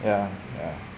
ya ya